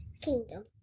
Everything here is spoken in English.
kingdom